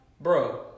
Bro